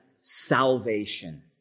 salvation